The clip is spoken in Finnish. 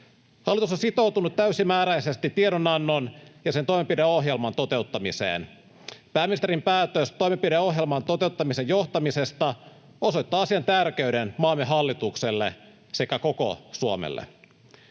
Hallitus on sitoutunut täysimääräisesti tiedonannon ja sen toimenpideohjelman toteuttamiseen. Pääministerin päätös toimenpideohjelman toteuttamisen johtamisesta osoittaa asian tärkeyden maamme hallitukselle sekä koko Suomelle.